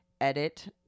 edit